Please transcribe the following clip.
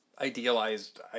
idealized